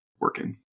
working